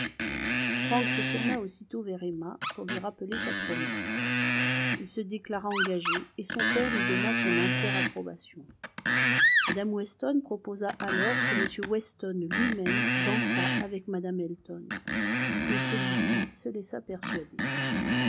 frank se tourna aussitôt vers emma pour lui rappeler sa promesse il se déclara engagé et son père lui donna son entière approbation mme weston proposa alors que m weston lui-même dansât avec mme elton et celui-ci se laissa persuader